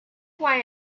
why